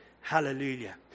Hallelujah